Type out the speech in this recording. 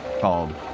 called